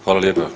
Hvala lijepa.